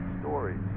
stories